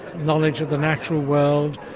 knowledge of the natural world,